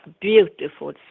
beautiful